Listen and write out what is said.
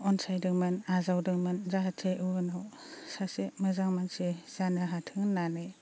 अनसायदोंमोन आजावदोंमोन जाहाथे उनाव सासे मोजां मानसि जानो हाथों होननानै